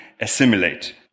assimilate